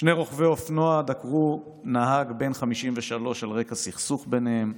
שני רוכבי אופנוע דקרו נהג בן 53 על רקע סכסוך ביניהם,